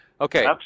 Okay